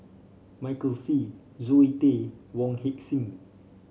Michael Seet Zoe Tay Wong Heck Sing